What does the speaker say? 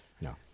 No